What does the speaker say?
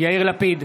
יאיר לפיד,